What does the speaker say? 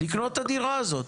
לקנות את הדירה הזאת.